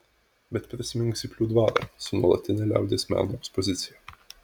bet prisimink zyplių dvarą su nuolatine liaudies meno ekspozicija